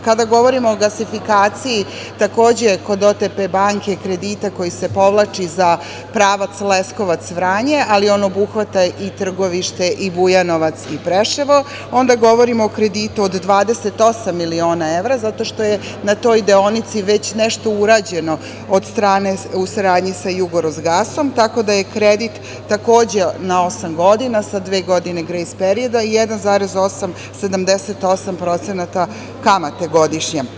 Kada govorimo o gasifikaciji, takođe kod OTP banke, kredita koji se povlači za pravac Leskovac-Vranje, ali on obuhvata i Trgovište i Bujanovac i Preševo, onda govorimo o kreditu od 28 miliona evra, zato što je na toj deonici već nešto urađeno u saradnji sa „Jugorosgasom“, tako da je kredit takođe na osam godina, sa dve godine grejs perioda i 1,78% kamate godišnje.